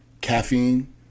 caffeine